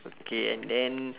okay and then